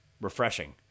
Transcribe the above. refreshing